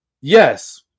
Yes